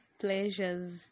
pleasures